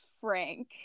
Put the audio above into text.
Frank